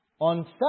on